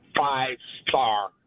five-star